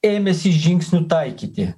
ėmėsi žingsnių taikyti